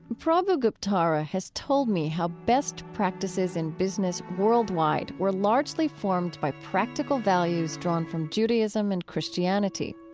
prabhu guptara has told me how best practices in business worldwide were largely formed by practical values drawn from judaism and christianity.